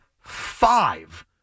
five